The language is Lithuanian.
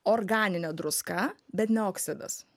organinė druska bet ne oksidas